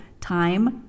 time